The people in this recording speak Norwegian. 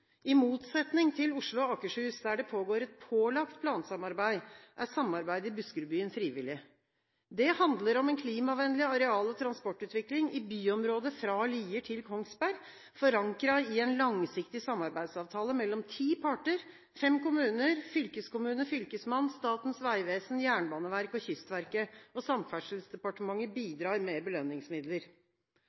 I motsetning til Oslo og Akershus, der det pågår et pålagt plansamarbeid, er samarbeidet i Buskerudbyen frivillig. Det handler om en klimavennlig areal- og transportutvikling i byområdet fra Lier til Kongsberg, forankret i en langsiktig samarbeidsavtale mellom ti parter – fem kommuner, fylkeskommune, fylkesmann, Statens vegvesen, Jernbaneverket og Kystverket. Samferdselsdepartementet bidrar med belønningsmidler.